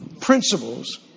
principles